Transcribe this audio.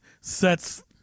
sets-